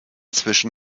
zwischen